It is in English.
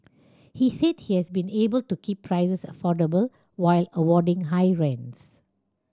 he said he has been able to keep prices affordable while avoiding high rents